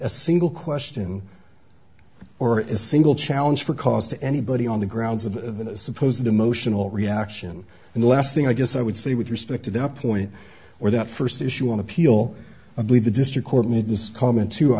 a single question or is single challenge for cause to anybody on the grounds of the supposed emotional reaction and the last thing i guess i would say with respect to that point or that first issue on appeal i believe the district court made this comment to i